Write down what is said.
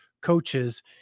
coaches